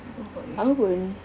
aku bought ni